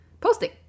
posting